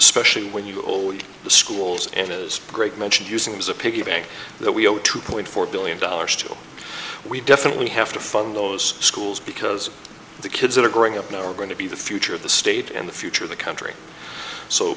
especially when you old the schools it is greg mentioned using as a piggy bank that we owe two point four billion dollars to we definitely have to fund those schools because the kids that are growing up now are going to be the future of the state and the future of the country so